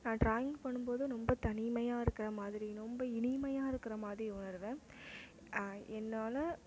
நான் ட்ராயிங் பண்ணும்போது நொம்ப தனிமையாக இருக்கிற மாதிரி நொம்ப இனிமையாக இருக்கிற மாதி உணருவேன் என்னால்